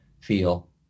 feel